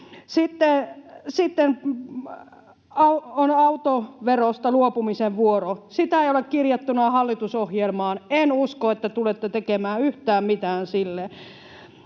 Sitten on autoverosta luopumisen vuoro. Sitä ei ole kirjattuna hallitusohjelmaan. En usko, että tulette tekemään yhtään mitään sille.